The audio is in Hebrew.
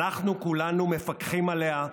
אנחנו כולנו מפקחים עליה,